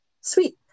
Sweet